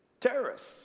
Terrorists